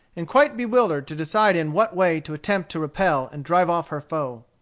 and quite bewildered to decide in what way to attempt to repel and drive off her foe.